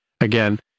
again